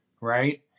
right